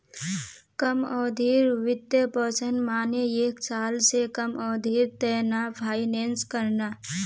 कम अवधिर वित्तपोषण माने एक साल स कम अवधिर त न फाइनेंस करना